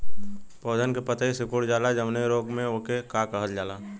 पौधन के पतयी सीकुड़ जाला जवने रोग में वोके का कहल जाला?